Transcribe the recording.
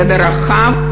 ידע רחב,